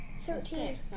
Thirteen